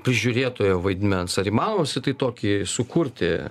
prižiūrėtojo vaidmens ar įmanoma apskritai tokį sukurti